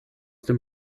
dem